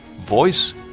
voice